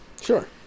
Sure